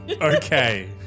Okay